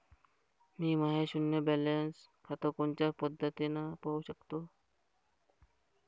मी माय शुन्य बॅलन्स खातं कोनच्या पद्धतीनं पाहू शकतो?